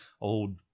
old